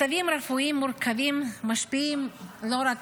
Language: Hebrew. מצבים רפואיים מורכבים משפיעים לא רק